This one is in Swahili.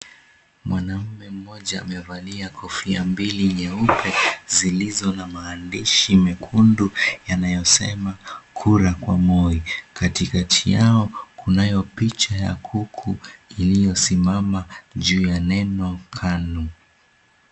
Mwanaume mmoja amevalia kofia mbili nyeupe zilizo na maaandishi mekundu yanayo sema kura kwa moi kati kati yao kuna picha ya kuku ilio simamajuu ya neno Kanu.